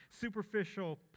superficial